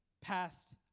past